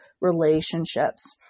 relationships